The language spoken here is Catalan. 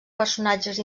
personatges